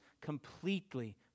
completely